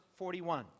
41